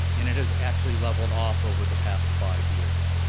and it has actually leveled off over the past five years.